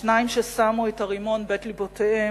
השניים ששמו את הרימון בין לבותיהם,